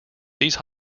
these